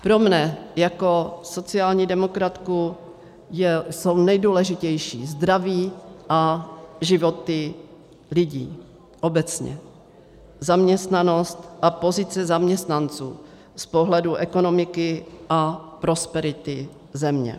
Pro mne jako sociální demokratku jsou nejdůležitější zdraví a životy lidí, obecně, zaměstnanost a pozice zaměstnanců z pohledu ekonomiky a prosperity země.